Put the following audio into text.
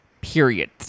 period